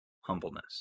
humbleness